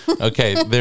Okay